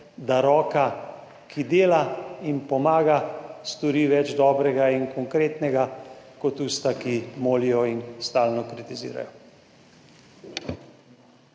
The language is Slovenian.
da roka, ki dela in pomaga stori več dobrega in konkretnega kot tista, ki molijo in stalno kritizirajo.